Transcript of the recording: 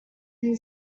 than